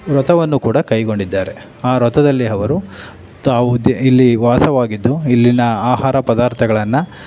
ವ್ರತವನ್ನೂ ಕೂಡ ಕೈಗೊಂಡಿದ್ದಾರೆ ಆ ವ್ರತದಲ್ಲಿ ಅವರು ತಾವು ಇಲ್ಲಿ ವಾಸವಾಗಿದ್ದು ಇಲ್ಲಿನ ಆಹಾರ ಪದಾರ್ಥಗಳನ್ನು